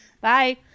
bye